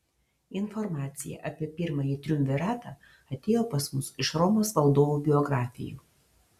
informacija apie pirmąjį triumviratą atėjo pas mus iš romos valdovų biografijų